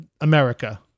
America